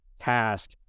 task